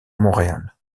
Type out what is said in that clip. montréal